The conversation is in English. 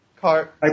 Cart